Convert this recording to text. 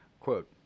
Quote